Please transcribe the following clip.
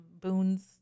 Boons